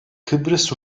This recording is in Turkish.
kıbrıs